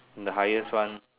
the highest one